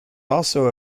also